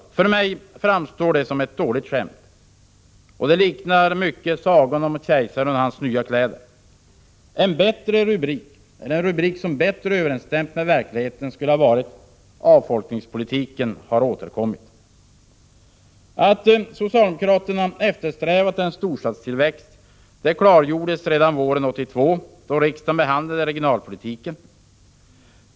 För mig framstår detta som ett dåligt skämt och det liknar mycket sagan om kejsaren och hans nya kläder. En rubrik som bättre överensstämt med verkligheten skulle ha varit ”Avfolkningspolitiken har återkommit”. Att socialdemokraterna eftersträvat en storstadstillväxt klargjordes redan våren 1982 då riksdagen behandlade regionalpolitiken.